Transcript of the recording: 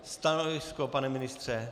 Stanovisko, pane ministře.